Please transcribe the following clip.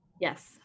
Yes